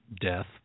death